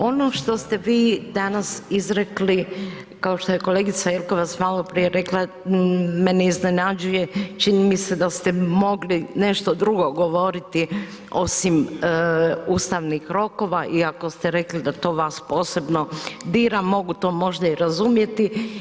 Ono što ste vi danas izrekli kao što je kolegica Jelkovac maloprije rekla me ne iznenađuje, čini mi se da ste mogli nešto drugo govoriti osim ustavnih rokova iako ste rekli da to vas posebno dira, mogu to možda i razumjeti.